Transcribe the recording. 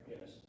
Yes